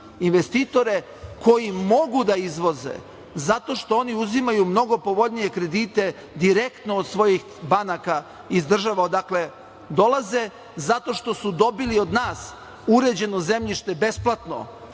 investitore, koji mogu da izvoze zato što oni uzimaju mnogo povoljnije kredite direktno od svojih banaka iz država odakle dolaze, zato što su dobili od nas uređeno zemljište besplatno,